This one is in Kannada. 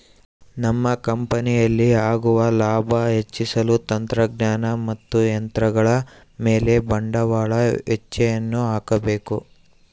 ನಮ್ಮ ಕಂಪನಿಯಲ್ಲಿ ಆಗುವ ಲಾಭ ಹೆಚ್ಚಿಸಲು ತಂತ್ರಜ್ಞಾನ ಮತ್ತು ಯಂತ್ರಗಳ ಮೇಲೆ ಬಂಡವಾಳದ ವೆಚ್ಚಯನ್ನು ಹಾಕಬೇಕು